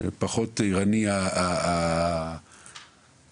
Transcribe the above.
פחות עירני, אני